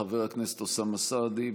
חבר הכנסת אוסאמה סעדי,